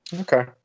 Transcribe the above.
okay